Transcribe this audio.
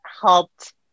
helped